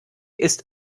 ist